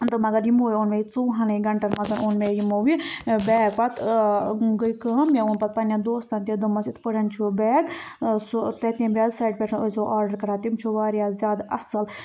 تہٕ مگر یِمو ہے اوٚن مےٚ یہِ ژۄوُہنٕے گَنٛٹَن منٛز اوٚن مےٚ یِمو یہِ بیگ پَتہٕ آ گٔے کٲم مےٚ ووٚن پَتہٕ پَنٕنٮ۪ن دوستَن تہِ دوٚپمَس یِتھٕ پٲٹھٮ۪ن چھُ یہِ بیگ سُہ تٔتی ویٚب سایٹہِ پٮ۪ٹھ ٲسۍزیٚو آرڈَر کَران تِم چھِ واریاہ زیادٕ اَصٕل